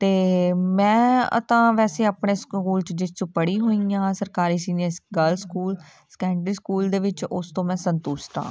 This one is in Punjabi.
ਅਤੇ ਮੈਂ ਤਾਂ ਵੈਸੇ ਆਪਣੇ ਸਕੂਲ 'ਚ ਜਿਸ 'ਚ ਪੜ੍ਹੀ ਹੋਈ ਹਾਂ ਸਰਕਾਰੀ senior girl school secondary school ਦੇ ਵਿੱਚ ਉਸ ਤੋਂ ਮੈਂ ਸੰਤੁਸ਼ਟ ਹਾਂ